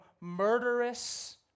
murderous